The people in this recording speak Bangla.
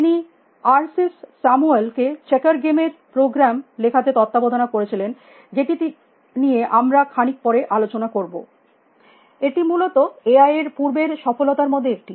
তিনি আরসিস স্যামুয়েল কে চেকার গেম এর প্রোগ্রাম লেখাতে তাত্ত্বাবধনা করেছিলেন যেটি নিয়ে আমরা খানিক পরে আলোচনা করব এটি মূলত এআই এর পূর্বের সফলতার মধ্যে একটি